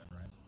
right